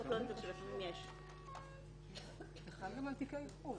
זה חל גם על תיקי איחוד.